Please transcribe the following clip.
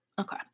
Okay